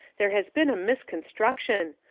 there has been a misconstruction!